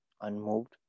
Unmoved